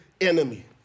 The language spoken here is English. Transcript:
Enemy